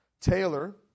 Taylor